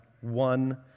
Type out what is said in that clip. one